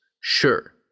Sure